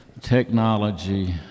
technology